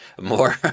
more